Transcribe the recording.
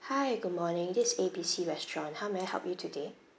hi good morning this A B C restaurant how may I help you today